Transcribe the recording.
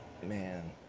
man